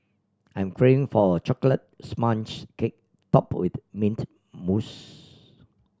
I am craving for a chocolate sponge cake topped with mint mousse